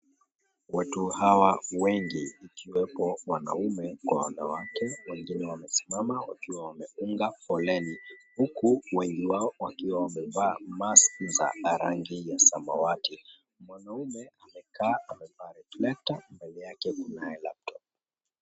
Watu Hawa wengi ikiwemo wanaume kwa wanawake wengine wamesimama na wengine wakiwa wameunga foleni huku wengi wao wakiwa wamevaa mask za rangi ya samawati mwanaume amekaa amevaa reflector mbele yake kunayo laptop .